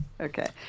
okay